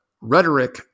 rhetoric